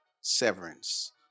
severance